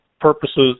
purposes